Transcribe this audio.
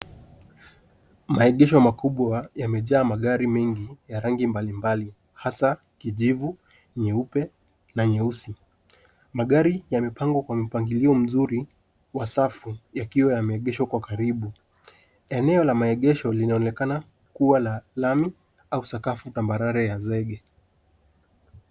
Maegesho makubwa yamejaa magari mengi ya rangi mbalimbali hasa kijivu, nyeupe na nyeusi. Magari yamepangwa kwa mpangilio mzuri wa safu yakiwa yameegeshwa kwa karibu. Eneo la maegesho linaonekana kuwa ya lami au sakafu tambarare ya zege.